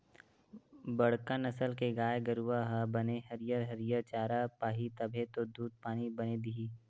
बड़का नसल के गाय गरूवा हर बने हरियर हरियर चारा पाही तभे तो दूद पानी बने दिही